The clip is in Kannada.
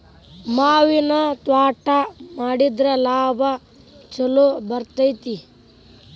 ಮಾವಿನ ತ್ವಾಟಾ ಮಾಡಿದ್ರ ಲಾಭಾ ಛಲೋ ಬರ್ತೈತಿ